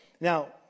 Now